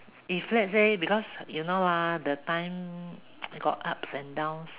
if let's say because you know lah the time got ups and downs